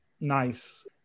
nice